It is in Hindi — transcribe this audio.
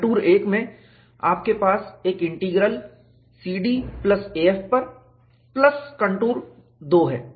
कंटूर 1 में आपके पास एक इंटीग्रल CD प्लस AF पर प्लस कंटूर 2 है